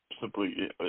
simply